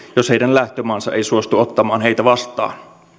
jos heidän lähtömaansa ei suostu ottamaan heitä vastaan